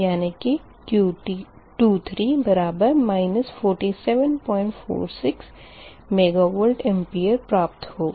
Q23 4746 मेगवार प्राप्त होगा